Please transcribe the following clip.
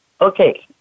okay